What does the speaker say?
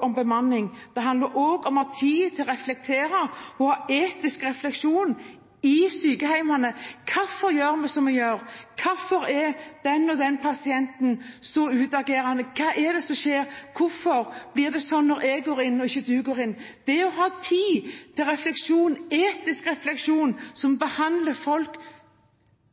om bemanning. Det handler om å ha tid til å reflektere og ha etisk refleksjon i sykehjemmene: Hvorfor gjør vi som vi gjør? Hvorfor er den og den pasienten så utagerende? Hva er det som skjer? Hvorfor blir det sånn når jeg går inn, men ikke når du går inn? Dette handler om å ha tid til etisk refleksjon, behandle folk